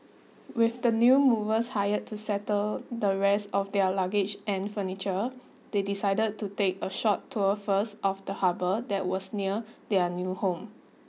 with the new movers hired to settle the rest of their luggage and furniture they decided to take a short tour first of the harbour that was near their new home